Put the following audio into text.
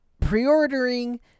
pre-ordering